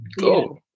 go